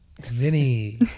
Vinny